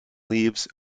leaves